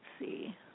see